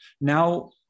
Now